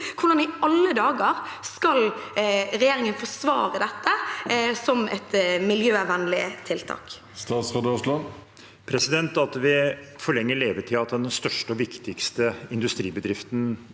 Hvordan i alle dager skal regjeringen forsvare dette som et miljøvennlig tiltak?